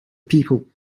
people